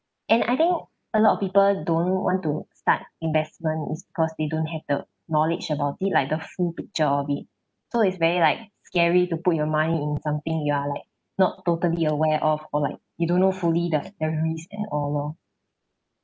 and I think a lot of people don't want to start investment is cause they don't have the knowledge about it like the full picture of it so it's very like scary to put your money in something you are like not totally aware of or like you don't know fully the the risk and all loh